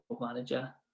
manager